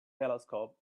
telescope